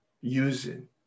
using